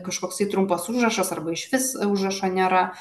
kažkoks trumpas užrašas arba išvis užrašo nėra